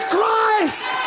Christ